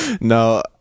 No